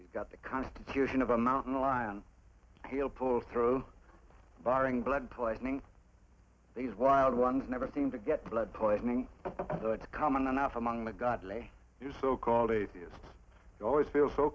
he's got the constitution of a mountain lion he'll pull through barring blood poisoning these wild ones never seem to get blood poisoning though it's common enough among the godly your so called atheists always feel so